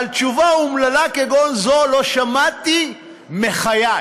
אבל תשובה אומללה כגון זו לא שמעתי מחיי.